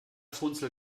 funzel